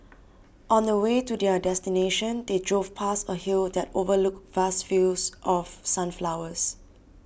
on the way to their destination they drove past a hill that overlooked vast fields of sunflowers